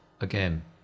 again